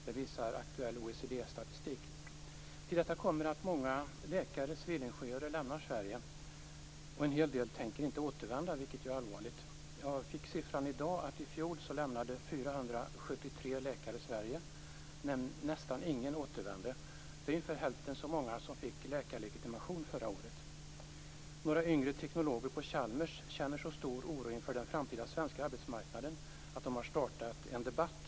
Detta visar aktuell OECD-statistik. Till detta kommer att många läkare och civilingenjörer lämnar Sverige. En hel del tänker inte återvända, vilket ju är allvarligt. I dag fick jag uppgiften att i fjol lämnade 473 läkare Sverige - nästan ingen återvände. Det är ungefär hälften så många som de som förra året fick läkarlegitimation. Några yngre teknologer på Chalmers känner så stor oro inför den framtida svenska arbetsmarknaden att de har startat en debatt.